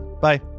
Bye